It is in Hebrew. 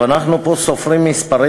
אנחנו פה סופרים מספרים,